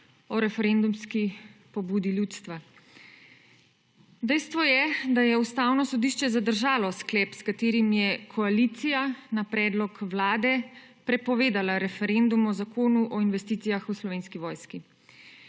o referendumski pobudi ljudstva. Dejstvo je, da je Ustavno sodišče zadržalo sklep, s katerim je koalicija na predlog Vlade prepovedala referendum o Zakonu o investicijah v Slovenski vojski.